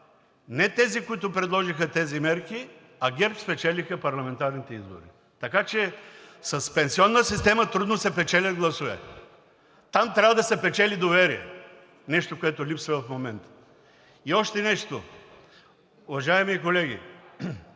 не тези, които предложиха тези мерки, а ГЕРБ спечелиха парламентарните избори. Така че с пенсионна система трудно се печелят гласове, а там трябва да се печели доверие – нещо, което липсва в момента. И още нещо, уважаеми колеги.